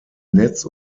netz